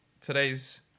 Today's